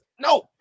No